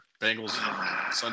Bengals